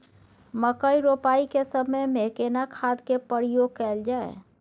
मकई रोपाई के समय में केना खाद के प्रयोग कैल जाय?